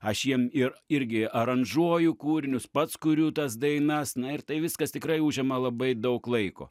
aš jiem ir irgi aranžuoju kūrinius pats kuriu tas dainas na ir tai viskas tikrai užima labai daug laiko